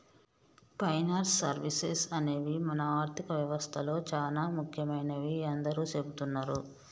finance services అనేవి మన ఆర్థిక వ్యవస్తలో చానా ముఖ్యమైనవని అందరూ చెబుతున్నరు